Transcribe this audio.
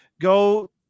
go